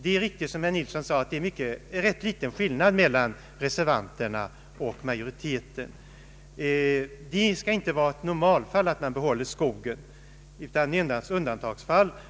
Det är riktigt, som herr Nilsson säger, att det råder en ganska liten skillnad mellan reservanternas och majoritetens uppfattningar. Det bör inte vara ett normalfall att man behåller skogen utan endast ett undantagsfall.